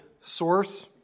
source